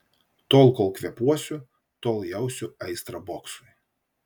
tol kol kvėpuosiu tol jausiu aistrą boksui